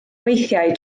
weithiau